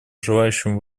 желающим